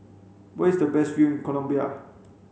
where is the best view in Colombia